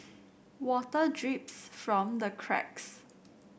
water drips from the cracks